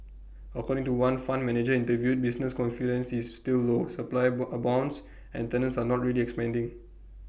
according to one fund manager interviewed business confidence is still low supply about abounds and tenants are not really expanding